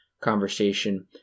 conversation